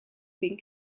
been